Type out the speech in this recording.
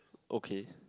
okay